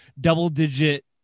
double-digit